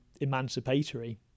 emancipatory